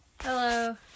Hello